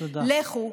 לכו.